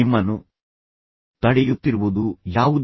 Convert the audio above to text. ನಿಮ್ಮನ್ನು ತಡೆಯುತ್ತಿರುವುದು ಯಾವುದು